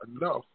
enough